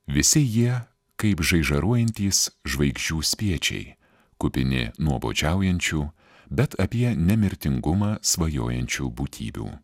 visi jie kaip žaižaruojantys žvaigždžių spiečiai kupini nuobodžiaujančių bet apie nemirtingumą svajojančių būtybių